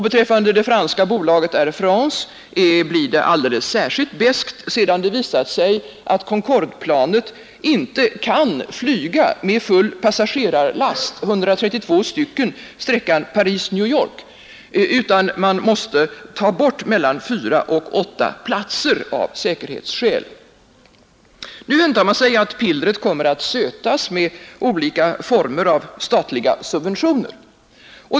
Beträffande det franska bolaget Air France blir det alldeles särskilt beskt sedan det visat sig att Concordeplanet inte kan flyga med full passagerarlast — 132 personer — sträckan Paris-New York, utan man måste av säkerhetsskäl ta bort mellan fyra och åtta platser. Nu väntar man sig att pillret kommer att sötas med olika former av statliga subventioner.